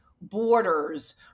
borders